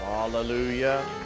Hallelujah